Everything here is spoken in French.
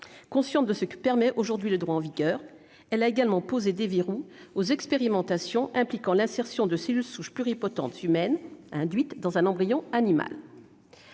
Consciente de ce que permet le droit en vigueur, elle a également posé des verrous aux expérimentations impliquant l'insertion de cellules souches pluripotentes humaines induites dans un embryon animal.